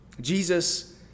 Jesus